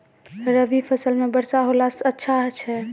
रवी फसल म वर्षा होला से अच्छा छै?